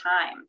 time